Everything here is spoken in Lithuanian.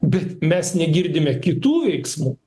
bet mes negirdime kitų veiksmų